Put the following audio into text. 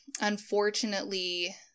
Unfortunately